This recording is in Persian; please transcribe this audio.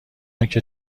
آنکه